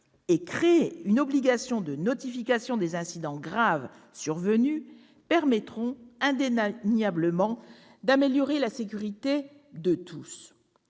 et créer une obligation de notification des incidents graves survenus, cela permettra indéniablement d'améliorer la sécurité de tous.